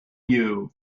you